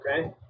Okay